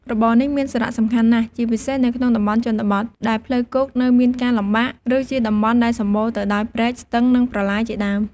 របរនេះមានសារៈសំខាន់ណាស់ជាពិសេសនៅក្នុងតំបន់ជនបទ ដែលផ្លូវគោកនៅមានការលំបាក ឬជាតំបន់ដែលសម្បូរទៅដោយព្រែក ស្ទឹង និងប្រឡាយជាដើម។